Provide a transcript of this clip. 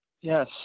Yes